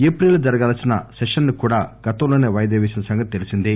April లో జరగాల్సిన session ను కూడా గతంలోనే వాయిదా వేసిన సంగతి తెలీసిందే